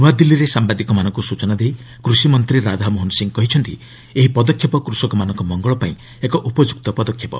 ନୁଆଦିଲ୍ଲୀରେ ସାମ୍ଭାଦିକମାନଙ୍କୁ ସୂଚନା ଦେଇ କୃଷିମନ୍ତ୍ରୀ ରାଧାମୋହନ ସିଂ କହିଛନ୍ତି ଏହି ପଦକ୍ଷେପ କୃଷକମାନଙ୍କ ମଙ୍ଗଳପାଇଁ ଏକ ଉପଯୁକ୍ତ ପଦକ୍ଷେପ